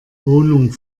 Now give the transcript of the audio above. wohnung